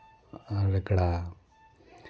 ᱨᱮᱜᱽᱲᱟ